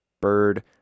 bird